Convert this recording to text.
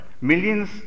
millions